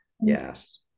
Yes